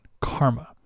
karma